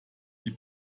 die